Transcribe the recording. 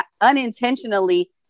unintentionally